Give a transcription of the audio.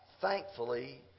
Thankfully